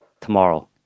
tomorrow